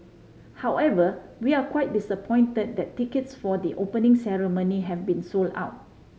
however we're quite disappointed that tickets for the Opening Ceremony have been sold out